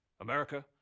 america